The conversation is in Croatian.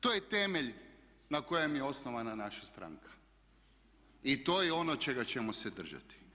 To je temelj na kojem je osnovana naša stranka i to je ono čega ćemo se držati.